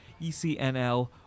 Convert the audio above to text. ECNL